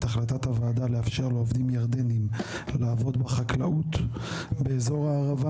החלטת הוועדה לאפשר לעובדים ירדנים לעבוד בחקלאות באזור הערבה.